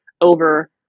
over